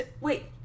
Wait